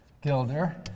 Gilder